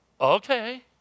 Okay